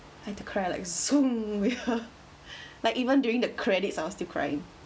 like to cry like su~ yeah like even during the credits I was still crying